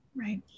Right